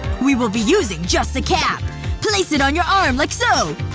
we will be using just the cap place it on your arm like so.